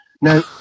Now